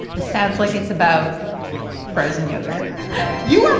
this sounds like it's about frozen yogurt you um